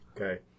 Okay